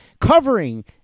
covering